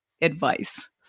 advice